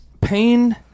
pain